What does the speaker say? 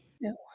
No